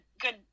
good